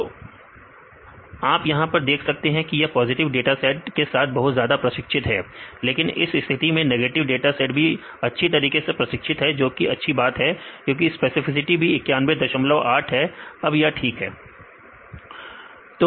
तो आप यहां देख सकते हैं कि यह पॉजिटिव डाटा सेट के साथ बहुत ज्यादा प्रशिक्षित है लेकिन इस स्थिति में नेगेटिव डाटा सेट भी अच्छी तरीके से प्रशिक्षित है जो कि अच्छी बात है क्योंकि स्पेसिफिसिटी भी 918 है अब यह ठीक है